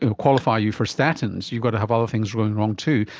ah qualify you for statins, you've got to have other things going wrong too.